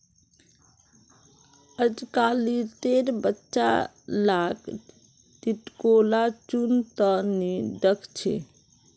अजकालितेर बच्चा लाक टिकोला चुन त नी दख छि